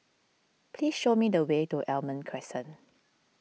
please show me the way to Almond Crescent